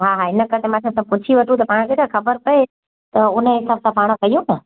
हा हा इन करे मां चवां पुछी वठूं पाण खे छा ख़बरु पए त उन हिसाब सां पाण कयूं न